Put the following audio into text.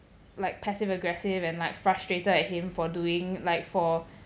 like passive aggressive and like frustrated at him for doing like for